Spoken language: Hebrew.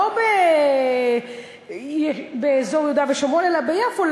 לא באזור יהודה ושומרון אלא ביפו,